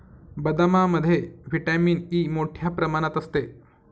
बदामामध्ये vitamin E मोठ्ठ्या प्रमाणात असते